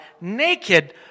naked